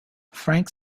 frank